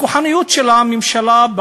את הכוחניות של הממשלה,